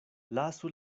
lasu